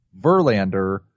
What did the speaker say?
Verlander